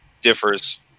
differs